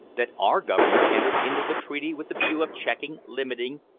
that our government entered into the treaty with the view of checking, limiting,